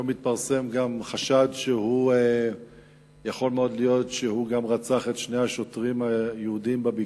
היום התפרסם גם חשד שיכול להיות שהוא גם רצח את שני השוטרים בבקעה.